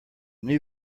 new